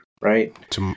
right